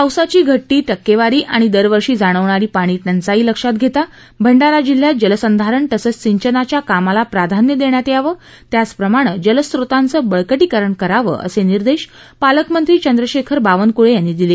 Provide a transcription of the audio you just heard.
पावसाची घटती टक्केवारी आणि दरवर्षी जाणवणारी पाणी टंचाई लक्षात घेता भंडारा जिल्ह्यात जलसंधारण तसंच सिंचनाच्या कामाला प्राधान्य देण्यात यावं त्याचप्रमाणे जलस्रोतांचं बळकटीकरण करावं असे निर्देश पालकमंत्री चंद्रशेखर बावनक्ळे यांनी दिले